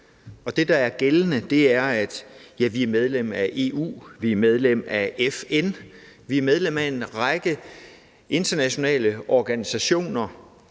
Det, der er gældende, er, at vi er medlem af EU og vi er medlem af FN, altså at vi er medlem af en række internationale organisationer.